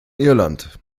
irland